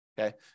okay